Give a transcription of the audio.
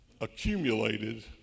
accumulated